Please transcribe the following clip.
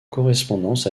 correspondance